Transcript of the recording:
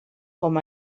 com